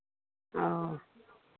ओ